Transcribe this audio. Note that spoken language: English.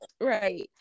right